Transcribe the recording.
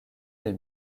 des